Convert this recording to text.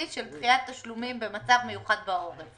של דחיית תשלומים במצב מיוחד בעורף,